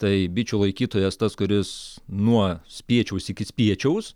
tai bičių laikytojas tas kuris nuo spiečiaus iki spiečiaus